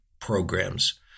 programs